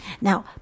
Now